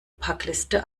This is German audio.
packliste